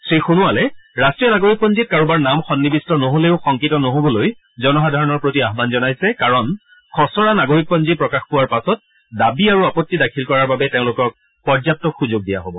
শ্ৰী সোণোৱালে ৰাষ্টীয় নাগৰিকপঞ্জীত কাৰোবাৰ নাম সন্নিবিষ্ট নহলেও শংকিত নহবলৈ জনসাধাৰণৰ প্ৰতি আহ্বান জনাইছে কাৰণ খছৰা নাগৰিকপঞ্জী প্ৰকাশ পোৱাৰ পাছত দাবী আৰু আপত্তি দাখিল কৰাৰ বাবে তেওঁলোকক পৰ্যাপ্ত সূযোগ দিয়া হব